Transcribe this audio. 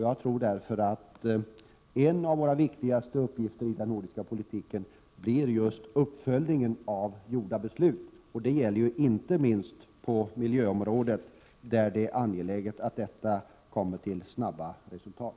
Jag tror därför att just uppföljningen av fattade beslut blir en av våra viktigaste uppgifter i den nordiska politiken. Det gäller inte minst på miljöområdet, där det är angeläget att man kommer till snabba resultat.